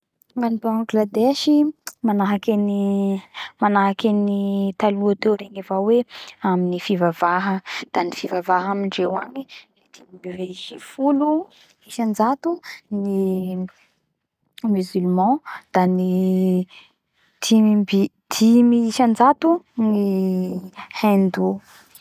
Gn agny Bangladesy; manahaky an ny manahaky an ny taloha teo regny avao hoe amin'ny fivavaha. Da ny fivavaha amindreo agny da gny dimy amby sivy folo isanjato ny Musulman da ny dimy amby- dimy isanjato ny Hindou.